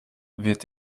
wird